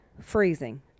freezing